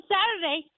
Saturday